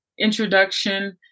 introduction